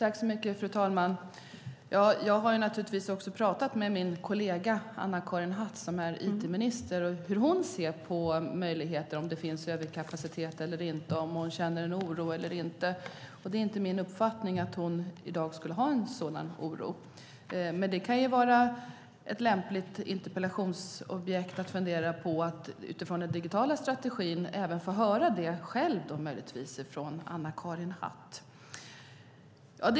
Fru talman! Jag har naturligtvis talat med min kollega Anna-Karin Hatt, som är it-minister, om hur hon ser på om det finns överkapacitet eller inte och om hon känner en oro eller inte. Det är inte uppfattning att hon i dag skulle känna en sådan oro. Men den digitala strategin kan ju vara ett lämpligt interpellationsobjekt för att möjligtvis få svar från Anna-Karin Hatt.